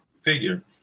figure